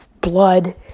blood